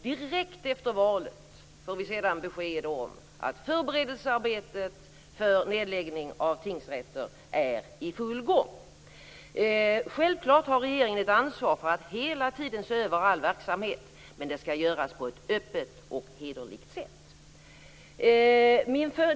Direkt efter valet får vi sedan besked om att förberedelsearbetet för nedläggning av tingsrätter är i full gång. Självklart har regeringen ett ansvar för att hela tiden se över all verksamhet. Men det skall göras på ett öppet och hederligt sätt.